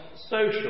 social